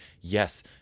Yes